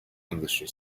industry